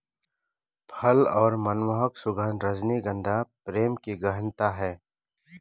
फल और मनमोहक सुगन्ध, रजनीगंधा प्रेम की गहनता है